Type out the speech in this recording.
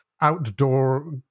outdoor